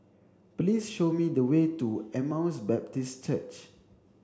please show me the way to Emmaus Baptist Church